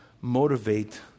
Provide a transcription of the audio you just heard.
motivate